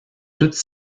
toutes